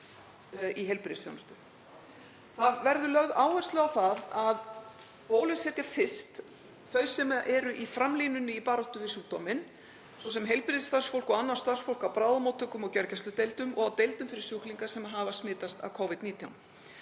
í heilbrigðisþjónustu. Það verður lögð áhersla á það að bólusetja fyrst þau sem eru í framlínunni í baráttu við sjúkdóminn, svo sem heilbrigðisstarfsfólk og annað starfsfólk á bráðamóttökum og gjörgæsludeildum og deildum fyrir sjúklinga sem hafa smitast af Covid-19,